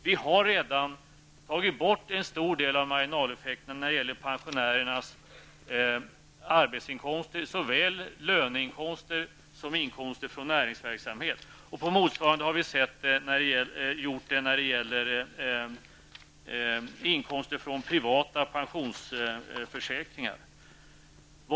Vi har redan tagit bort en stor del av marginaleffekterna när det gäller pensionärernas arbetsinkomster, såväl löneinkomster som inkomster från näringsverksamhet. Motsvarande har skett när det gäller inkomster från privata pensionsförsäkringar.